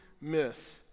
miss